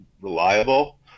reliable